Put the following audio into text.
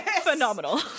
Phenomenal